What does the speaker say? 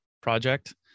Project